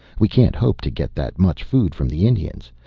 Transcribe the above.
we can't hope to get that much food from the indians.